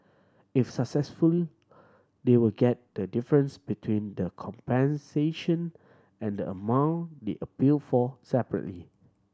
if successfully they will get the difference between the compensation and the amount they appeal for